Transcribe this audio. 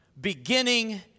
beginning